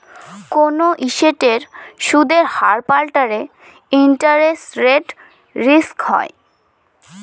কোনো এসেটের সুদের হার পাল্টালে ইন্টারেস্ট রেট রিস্ক হয়